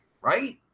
right